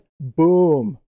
Boom